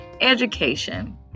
education